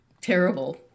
terrible